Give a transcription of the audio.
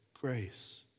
grace